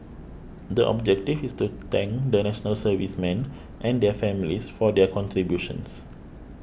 the objective is to thank the National Servicemen and their families for their contributions